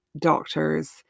doctors